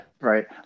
Right